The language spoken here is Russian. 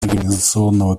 организационного